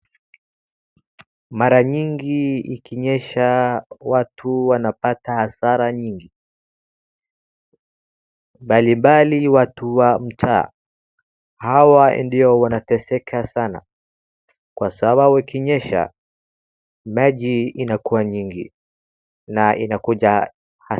Mara nyingi ikinyesha watu wanapata hasara nyingi. Mbalimbali watu wa mtaa hawa ndio wanateseka sana kwa sababu ikinyesha Maji inakuwa nyingi na inakuja sana.